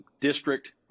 district